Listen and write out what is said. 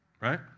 right